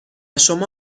شما